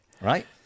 right